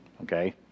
okay